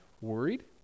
worried